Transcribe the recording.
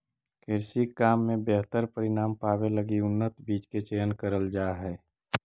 कृषि काम में बेहतर परिणाम पावे लगी उन्नत बीज के चयन करल जा हई